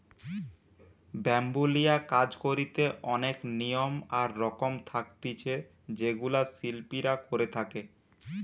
bamboo লিয়া কাজ করিতে অনেক নিয়ম আর রকম থাকতিছে যেগুলা শিল্পীরা করে থাকে